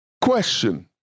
question